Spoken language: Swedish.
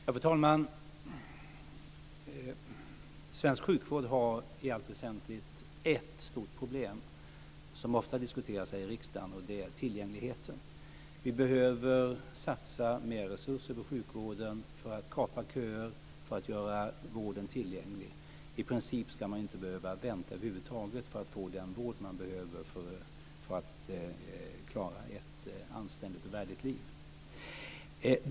Fru talman! Svensk sjukvård har i allt väsentligt ett stort problem som ofta diskuteras här i riksdagen, och det är tillgängligheten. Vi behöver satsa mer resurser på sjukvården för att kapa köer, för att göra vården tillgänglig. I princip ska man inte behöva vänta över huvud taget för att få den vård man behöver för att klara ett anständigt och värdigt liv.